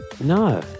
No